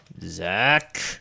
Zach